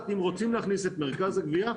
אם רוצים להכניס את מרכז הגבייה,